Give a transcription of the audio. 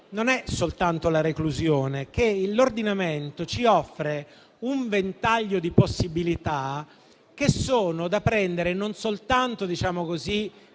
non è soltanto la reclusione e che l'ordinamento ci offre un ventaglio di possibilità che sono da prendere non soltanto